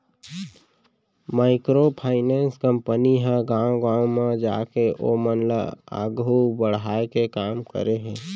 micro finance company ह गाँव गाँव म जाके ओमन ल आघू बड़हाय के काम करे हे